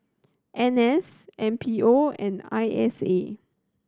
N S M P O and I S A